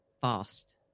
fast